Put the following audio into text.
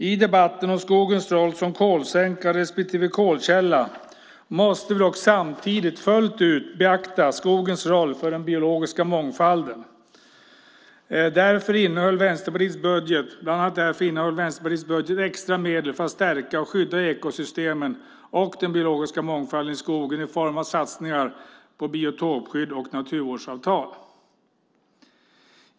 I debatten om skogens roll som kolsänka respektive kolkälla måste vi dock samtidigt fullt ut beakta skogens roll för den biologiska mångfalden. Bland annat därför innehöll Vänsterpartiets budget extra medel för att stärka och skydda ekosystemen och den biologiska mångfalden i skogen i form av satsningar på biotopskydd och naturvårdsavtal.